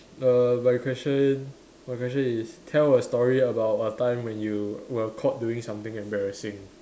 err my question my question is tell a story about a time when you were caught doing something embarrassing